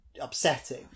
upsetting